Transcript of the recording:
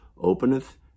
openeth